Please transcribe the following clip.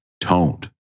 toned